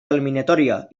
eliminatòria